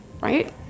right